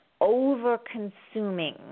over-consuming